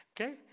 Okay